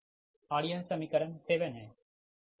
और यह समीकरण 7 है